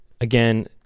Again